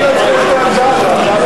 ההסתייגות של קבוצת סיעת